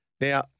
Now